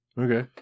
Okay